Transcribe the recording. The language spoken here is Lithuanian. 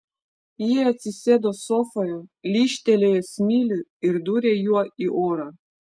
ji atsisėdo sofoje lyžtelėjo smilių ir dūrė juo į orą